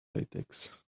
latex